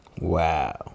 Wow